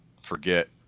forget